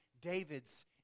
David's